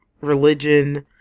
religion